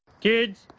Kids